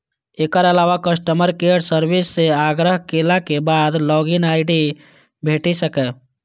एकर अलावा customer care service सं आग्रह केलाक बाद लॉग इन आई.डी भेटि सकैए